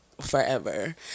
forever